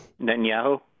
Netanyahu